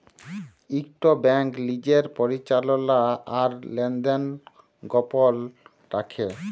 ইকট ব্যাংক লিজের পরিচাললা আর লেলদেল গপল রাইখে